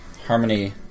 Harmony